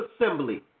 assembly